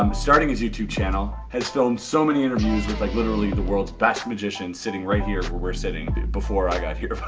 um starting his youtube channel, has filmed so many interviews with like literally the world's best magicians sitting right here where we're sitting before i got here,